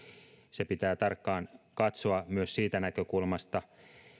se pitää tarkkaan katsoa myös siitä näkökulmasta